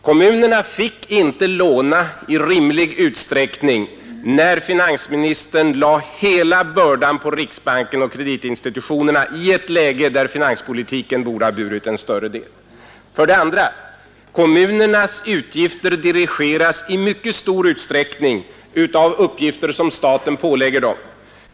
Kommunerna fick inte låna i rimlig utsträckning när finansministern lade hela bördan på riksbanken och kreditinstitutionerna i ett läge där finanspolitiken borde ha burit en större del. Vidare dirigeras kommunernas utgifter i stor utsträckning av uppgifter som staten pålägger dem.